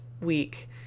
week